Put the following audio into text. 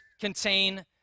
contain